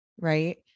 right